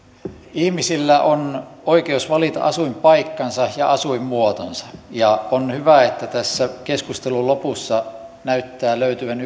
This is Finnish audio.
ihmisillä on oikeus valita asuinpaikkansa ja asuinmuotonsa on hyvä että tässä keskustelun lopussa näyttää löytyvän